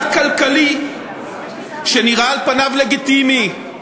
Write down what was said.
אחד כלכלי, שנראה על פניו לגיטימי,